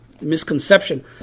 misconception